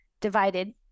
divided